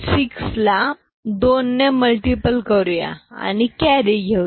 6 la 2 ने multiple करूया आणि कॅरी घेऊया